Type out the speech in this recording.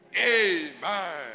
Amen